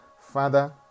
Father